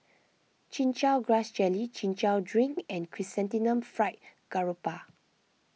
Chin Chow Grass Jelly Chin Chow Drink and Chrysanthemum Fried Garoupa